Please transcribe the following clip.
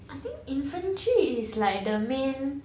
I think infantry is like the main